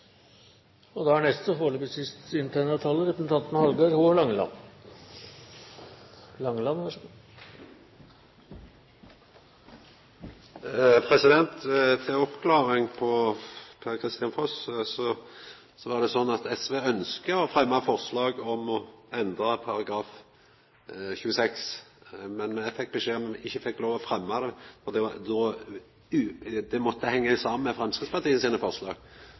Til oppklaring på kommentaren frå Per-Kristian Foss: Det var sånn at SV ønskte å fremma forslag om å endra § 26, men me fekk beskjed om at me ikkje fekk lov fordi det måtte henga saman med Framstegspartiet sine forslag. Derfor forundrar det meg, og også SV, at Framstegspartiet ikkje har teke opp forslag